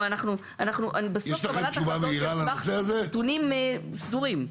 גם אנחנו, בסוף קבלת החלטות --- נתונים סדורים.